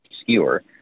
skewer